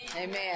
Amen